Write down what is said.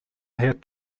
had